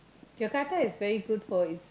Jakarta is very good for its